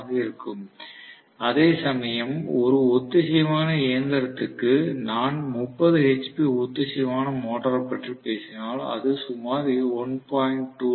ஆக இருக்கும் அதேசமயம் ஒரு ஒத்திசைவான இயந்திரத்திற்கு நான் 30 ஹெச்பி ஒத்திசைவான மோட்டார் பற்றி பேசினால் அது சுமார் 1